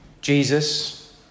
Jesus